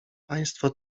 państwo